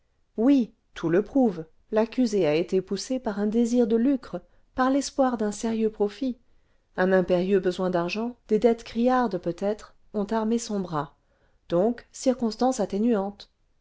oui tout le prouve l'accusé a été poussé par un désir de lucre par l'espoir d'un sérieux profit un impérieux besoin d'argent des dettes criardes peut-être ont armé son bras donc circonstance atténuante